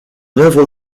œuvre